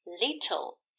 little